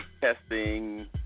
testing